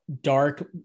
dark